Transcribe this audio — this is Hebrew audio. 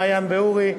מעיין ואורי.